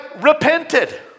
repented